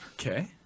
Okay